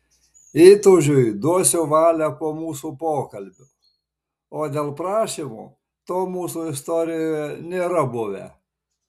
įtūžiui duosiu valią po mūsų pokalbio o dėl prašymo to mūsų istorijoje nėra buvę